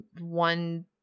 one